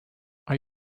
are